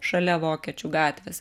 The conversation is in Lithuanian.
šalia vokiečių gatvės